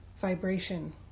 vibration